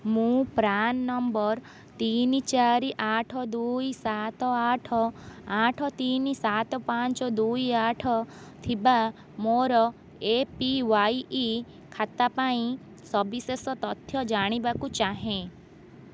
ମୁଁ PRAN number ତିନି ଚାରି ଆଠ ଦୁଇ ସାତ ଆଠ ଆଠ ତିନି ସାତ ପାଞ୍ଚ ଦୁଇ ଆଠ ଥିବା ମୋର ଏ ପି ୱାଇ ଖାତା ପାଇଁ ସବିଶେଷ ତଥ୍ୟ ଜାଣିବାକୁ ଚାହେଁ